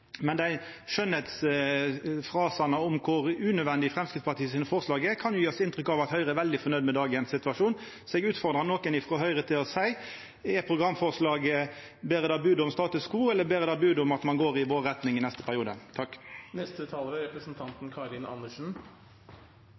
Høgre er veldig fornøgd med dagens situasjon. Så eg utfordrar nokon frå Høgre til å seia noko om: Ber programforslaget bod om status quo, eller ber det bod om at ein går i vår retning i neste periode?